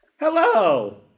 Hello